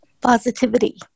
positivity